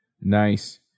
Nice